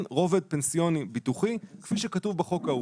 רובד פנסיוני ביטוחי כפי כתוב בחוק ההוא.